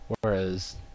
whereas